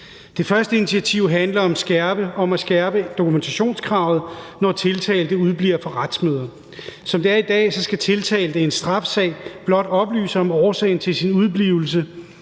Det første initiativ handler om at skærpe dokumentationskravet, når tiltalte udebliver fra retsmøder. Som det er i dag, skal tiltalte i en straffesag blot oplyse om årsagen til sin udeblivelse,